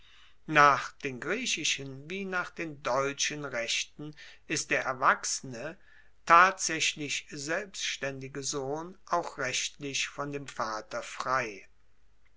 nach den griechischen wie nach den deutschen rechten ist der erwachsene tatsaechlich selbstaendige sohn auch rechtlich von dem vater frei